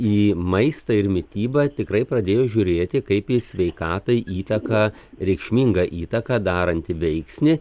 į maistą ir mitybą tikrai pradėjo žiūrėti kaip į sveikatai įtaką reikšmingą įtaką darantį veiksnį